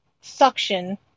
suction